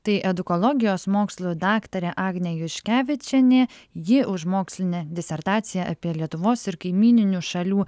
tai edukologijos mokslų daktarė agnė juškevičienė ji už mokslinę disertaciją apie lietuvos ir kaimyninių šalių